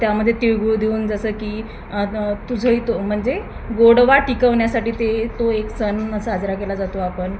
त्यामध्ये तिळगूळ देऊन जसं की तुझंही तो म्हणजे गोडवा टिकवण्यासाठी ते तो एक सण साजरा केला जातो आपण